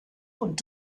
und